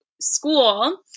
school